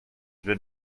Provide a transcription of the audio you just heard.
been